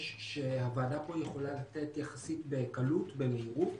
שהוועדה פה יכולה לתת יחסית בקלות ובמהירות